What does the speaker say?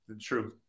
true